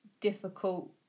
difficult